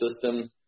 system